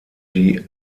die